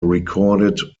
recorded